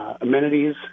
amenities